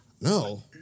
No